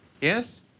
yes